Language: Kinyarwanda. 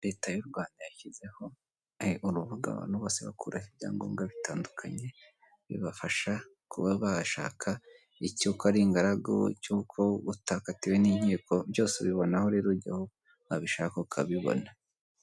Leta y'u Rwanda yashyizeho urubuga abantu bose bakuraraho ibyangombwa bitandukanye, Bibafasha kuba bashaka icy'uko ari ingaragu, icy'uko utakatiwe n'inkiko, byose ubibonaho rero jyaho, wabishaka ukabibona.